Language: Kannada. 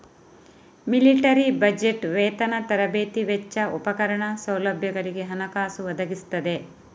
ಮಿಲಿಟರಿ ಬಜೆಟ್ ವೇತನ, ತರಬೇತಿ ವೆಚ್ಚ, ಉಪಕರಣ, ಸೌಲಭ್ಯಗಳಿಗೆ ಹಣಕಾಸು ಒದಗಿಸ್ತದೆ